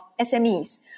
SMEs